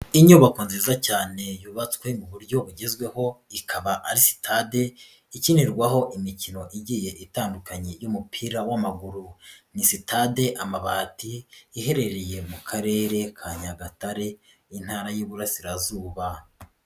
Inyubako nziza cyane yubatswe mu buryo bugezweho, ikaba ari sitade ikinirwaho imikino igiye itandukanye y'umupira w'amaguru, ni sitade Amabati iherereye mu karere ka Nyagatare, intara y'iburasirazuba.